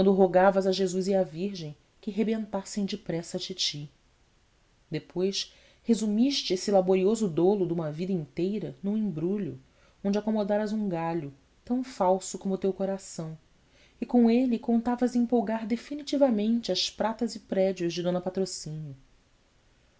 rogavas a jesus e à virgem que rebentassem depressa a titi depois resumiste esse laborioso dolo de uma vida inteira num embrulho onde acomodaras um galho tão falso como o teu coração e com ele contavas empolgar definitivamente as pratas e prédios de d patrocínio